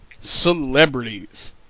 Celebrities